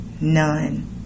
none